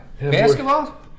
basketball